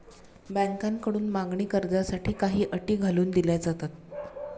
बँकांकडून मागणी कर्जासाठी काही अटी घालून दिल्या जातात